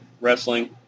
Wrestling